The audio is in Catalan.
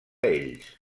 ells